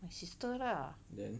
my sister lah